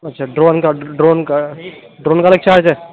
اچھا ڈرون کا ڈرون کا ڈرون کا الگ چارج ہے